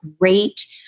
great